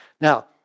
Now